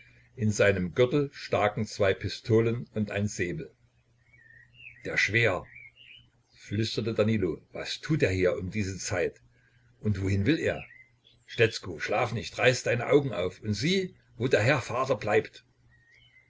in seinem gürtel staken zwei pistolen und ein säbel der schwäher flüsterte danilo was tut er hier um diese zeit und wohin will er stetzko schlaf nicht reiß deine augen auf und sieh wo der herr vater bleibt